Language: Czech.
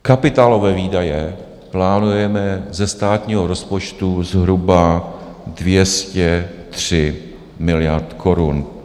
Kapitálové výdaje plánujeme ze státního rozpočtu zhruba 203 miliard korun.